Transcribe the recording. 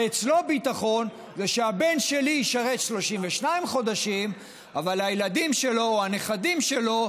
ואצלו ביטחון זה שהבן שלי ישרת 32 חודשים אבל הילדים שלו או הנכדים שלו,